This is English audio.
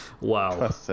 Wow